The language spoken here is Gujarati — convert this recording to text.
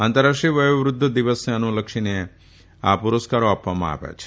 આંતરરાષ્ટ્રીય વયોવૃધ્ધ દિવસને અનુલક્ષીને આ પુરસ્કારો આપવામાં આવ્યા છે